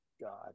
God